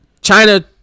China